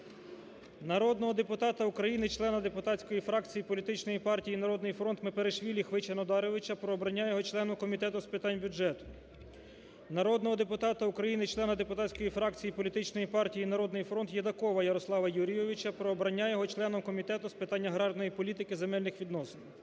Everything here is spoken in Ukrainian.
Народного депутата України, члена депутатської фракції політичної партії "Народний фронт" Мепарішвілі Хвича Нодаровича про обрання його членом Комітету з питань бюджету. Народного депутата України, члена депутатської фракції політичної партії "Народний фронт" Єдакова Ярослава Юрійовича про обрання його членом Комітету з питань аграрної політики, земельних відносин.